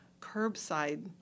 curbside